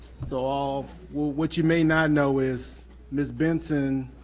so all, what you may not know is ms. benson